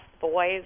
boys